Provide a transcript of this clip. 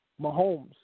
Mahomes